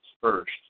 first